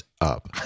up